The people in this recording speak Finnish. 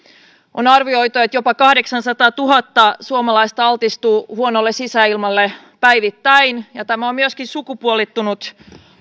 on arvioitu että jopa kahdeksansataatuhatta suomalaista altistuu huonolle sisäilmalle päivittäin ja tämä on myöskin sukupuolittunut